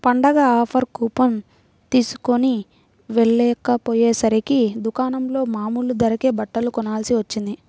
పండగ offer coupon తీస్కొని వెళ్ళకపొయ్యేసరికి దుకాణంలో మామూలు ధరకే బట్టలు కొనాల్సి వచ్చింది